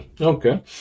Okay